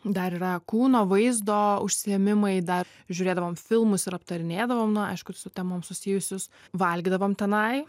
dar yra kūno vaizdo užsiėmimai dar žiūrėdavom filmus ir aptarinėdavom nu aišku su temom susijusius valgydavom tenai